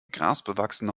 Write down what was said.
grasbewachsene